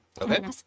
okay